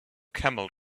camel